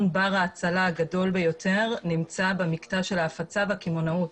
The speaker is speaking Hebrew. בר ההצלה הגדול ביותר נמצא במקטע של ההפצה והקמעונאות.